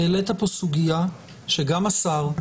העלית פה סוגיה שגם השר,